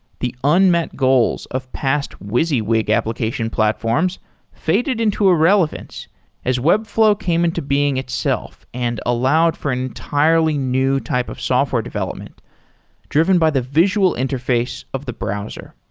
the unmet goals of past wysiwyg application platforms faded into irrelevance as webflow came into being itself and allowed for an entirely new type of software development driven by the visual interface of the browser.